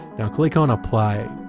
now click on apply.